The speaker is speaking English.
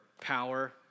power